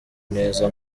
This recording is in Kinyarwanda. neza